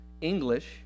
English